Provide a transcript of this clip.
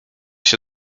się